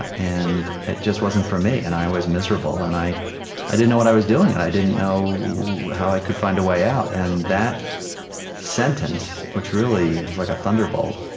and it just wasn't for me. and i was miserable. and i i didn't know what i was doing, and i didn't know how i could find a way out. and that sentence, which really was like a thunderbolt,